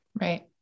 Right